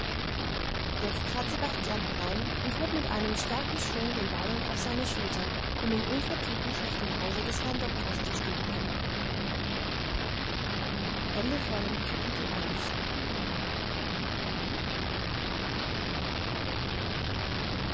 jetzt trat sebastian herein und hob mit einem starken schwung den ballen auf seine schulter um ihn unverzüglich nach dem hause des herrn doktors zu spedieren